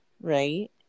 right